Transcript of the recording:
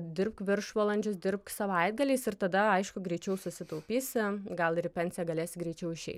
dirbk viršvalandžius dirbk savaitgaliais ir tada aišku greičiau susitaupysi gal ir į pensiją galėsi greičiau išeit